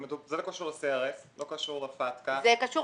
זה לא קשור ל-CRS ולא קשור ל- FATKA. זה קשור